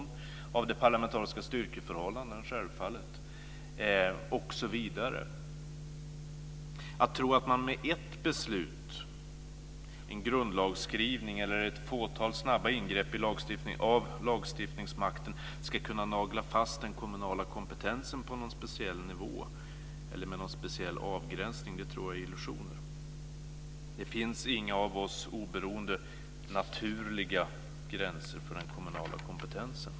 Självfallet bestäms det också av de parlamentariska styrkeförhållandena osv. Att tro att man med ett beslut, en grundlagsskrivning eller ett fåtal snabba ingrepp av lagstiftningsmakten ska kunna nagla fast den kommunala kompetensen på någon speciell nivå eller med någon speciell avgränsning, tror jag är illusioner. Det finns inga av oss oberoende naturliga gränser för den kommunala kompetensen.